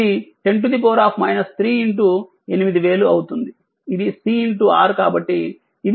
ఇది 10 3 8000 అవుతుంది ఇది CR కాబట్టి